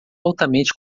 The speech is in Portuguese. altamente